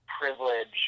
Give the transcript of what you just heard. privilege